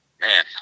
man